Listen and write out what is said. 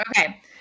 Okay